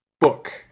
book